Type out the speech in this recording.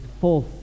false